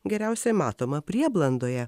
geriausiai matoma prieblandoje